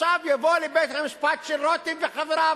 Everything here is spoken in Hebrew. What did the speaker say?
עכשיו יבוא לבית-המשפט של רותם וחבריו.